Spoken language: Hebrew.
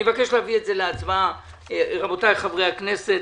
אני מבקש להביא את זה להצבעה, רבותיי חברי הכנסת.